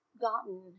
gotten